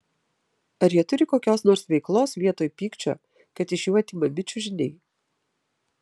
ar jie turi kokios nors veiklos vietoj pykčio kad iš jų atimami čiužiniai